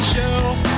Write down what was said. Show